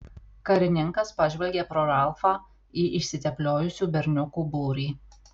karininkas pažvelgė pro ralfą į išsitepliojusių berniukų būrį